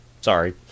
Sorry